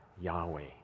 Yahweh